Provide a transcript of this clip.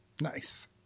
Nice